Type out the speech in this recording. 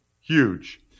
Huge